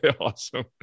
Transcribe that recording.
Awesome